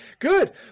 Good